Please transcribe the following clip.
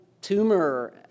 tumor